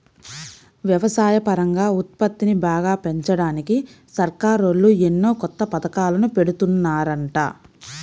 వ్యవసాయపరంగా ఉత్పత్తిని బాగా పెంచడానికి సర్కారోళ్ళు ఎన్నో కొత్త పథకాలను పెడుతున్నారంట